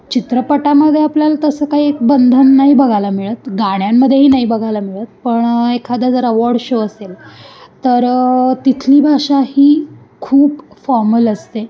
चित्रपटामध्ये आपल्याला तसं काही बंधन नाही बघायला मिळत गाण्यांमध्येही नाही बघायला मिळत पण एखादा जर अवॉर्ड शो असेल तरं तिथली भाषा ही खूप फॉर्मल असते